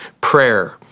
prayer